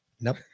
nope